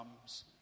comes